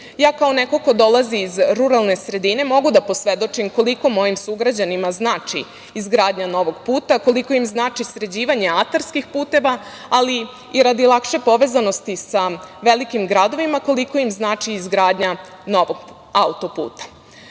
kao neko ko dolazi iz ruralne sredine mogu da posvedočim koliko mojim sugrađanima znači izgradnja novog puta, koliko im znači sređivanje atarskih puteva, ali i radi lakše povezanosti sa velikim gradovima, koliko im znači izgradnja novog autoputa. Jedino